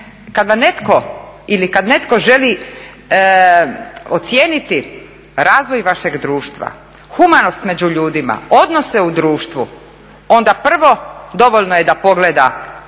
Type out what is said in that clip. Naime, kada netko želi ocijeniti razvoj vašeg društva, humanost među ljudima, odnose u društvu, onda prvo dovoljno je da pogleda